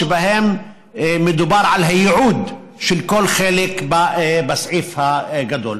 שבהם מדובר על הייעוד של כל חלק בסעיף הגדול,